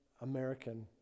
American